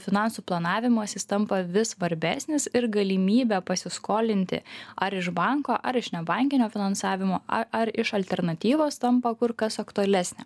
finansų planavimas jis tampa vis svarbesnis ir galimybė pasiskolinti ar iš banko ar iš nebankinio finansavimo ar iš alternatyvos tampa kur kas aktualesnė